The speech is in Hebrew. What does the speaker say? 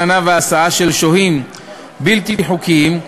הלנה והסעה של שוהים בלתי חוקיים,